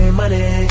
money